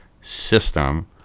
system